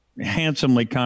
handsomely